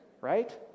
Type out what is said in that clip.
right